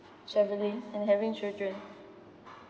travelling and having children